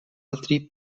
altri